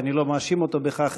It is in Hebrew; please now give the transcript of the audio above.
ואני לא מאשים אותו בכך,